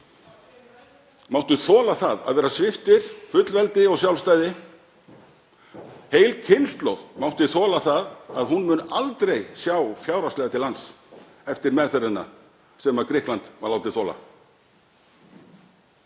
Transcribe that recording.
mátti þola að vera svipt fullveldi og sjálfstæði. Heil kynslóð mátti þola það að hún mun aldrei sjá fjárhagslega til lands eftir meðferðina sem Grikkland var látið þola.